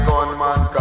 Gunman